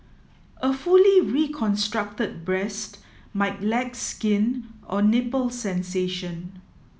a fully reconstructed breast might lack skin or nipple sensation